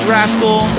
Rascal